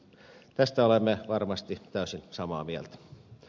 tästä olemme varmasti täysin samaa mieltä